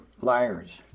liars